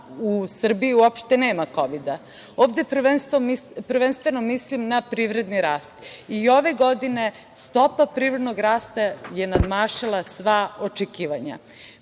u Srbiji uopšte nema kovida. Ovde prvenstveno mislim na privredni rast. I ove godine stopa privrednog rasta je nadmašila sva očekivanja.